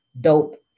Dope